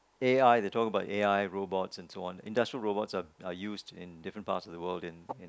A_I they talking about A_I robots and so on industrial robots are are used in different parts of the world in in